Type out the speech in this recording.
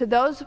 to those